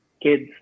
kids